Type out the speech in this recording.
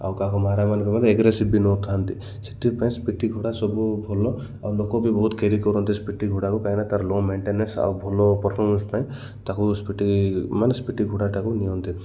ଆଉ କାହାକୁ ମାରାମାରି କରନ୍ତିନି ଏଗ୍ରେସିଭ୍ ନଥାନ୍ତି ସେଥିପାଇଁ ସ୍ପିଟି ଘୋଡ଼ା ସବୁ ଭଲ ଆଉ ଲୋକ ବି ବହୁତ କେରି କରନ୍ତି ସ୍ପିଟି ଘୋଡ଼ା କାହିଁକିନା ତାର ଲୋ ମେଣ୍ଟେନେନ୍ସ ଆଉ ଭଲ ପରଫର୍ମାନ୍ସ ପାଇଁ ତାକୁ ସ୍ପିଟି ମାନେ ସ୍ପିଟି ଘୋଡ଼ାଟାକୁ ନିଅନ୍ତି